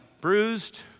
bruised